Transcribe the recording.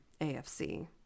AFC